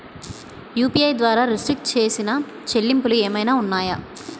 UPI ద్వారా restrict చేసిన చెల్లింపులు ఏమైనా ఉన్నాయా?